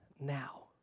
now